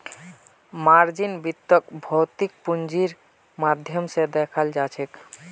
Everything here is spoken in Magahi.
मार्जिन वित्तक भौतिक पूंजीर माध्यम स दखाल जाछेक